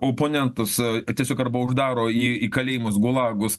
oponentus tiesiog arba uždaro į į kalėjimus gulagus